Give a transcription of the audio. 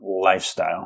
lifestyle